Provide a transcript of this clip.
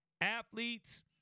athletes